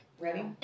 ready